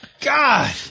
God